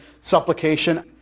supplication